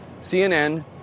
CNN